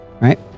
right